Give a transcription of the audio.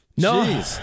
No